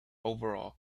overall